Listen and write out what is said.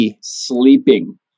Sleeping